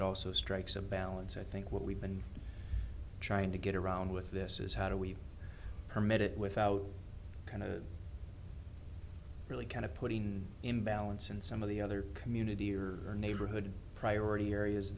it also strikes a balance i think what we've been trying to get around with this is how do we permit it without kind of really kind of putting imbalance in some of the other community or neighborhood priority areas